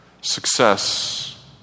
Success